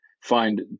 find